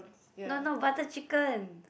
no no butter chicken